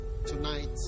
tonight